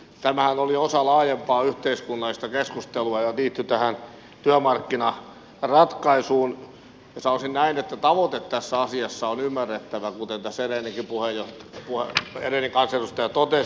tämähän oli osa laajempaa yhteiskunnallista keskustelua ja liittyi tähän työmarkkinaratkaisuun ja sanoisin näin että tavoite tässä asiassa on ymmärrettävä kuten tässä edellinenkin kansanedustaja totesi